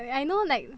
I know like